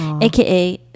AKA